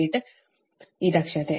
48 ಈ ದಕ್ಷತೆ